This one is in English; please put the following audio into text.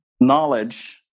knowledge